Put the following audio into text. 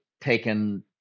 taken